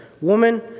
Woman